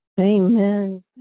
Amen